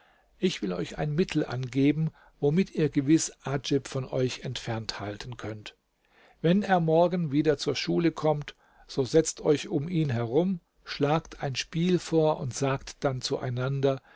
ich will euch ein mittel angeben womit ihr gewiß adjib von euch entfernt halten könnt wenn er morgen wieder zur schule kommt so setzt euch um ihn herum schlagt ein spiel vor und sagt dann zueinander